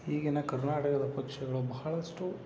ಈಗಿನ ಕರ್ನಾಟಕದ ಪಕ್ಷಗಳು ಬಳಹಷ್ಟು